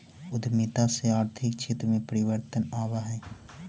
उद्यमिता से आर्थिक क्षेत्र में परिवर्तन आवऽ हई